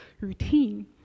routine